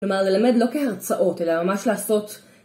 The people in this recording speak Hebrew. כלומר ללמד לא כהרצאות אלא ממש לעשות